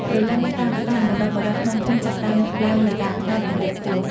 ព្រលឹមស្រាងៗ បុរសៗក្នុងភូមិចាប់ផ្ដើមឡើងលើដើមត្នោតខ្ពស់ៗ។